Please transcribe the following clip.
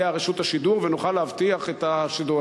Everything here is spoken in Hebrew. רשות השידור ונוכל להבטיח את השידור.